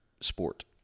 sport